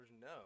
No